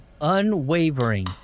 Unwavering